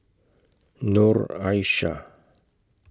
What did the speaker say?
Noor Aishah